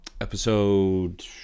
episode